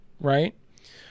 right